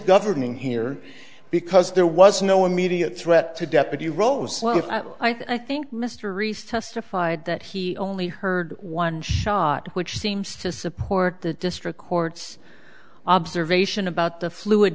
governing here because there was no immediate threat to death but you rose i think mr reese testified that he only heard one shot which seems to support the district court's observation about the fluid